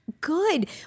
good